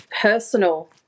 personal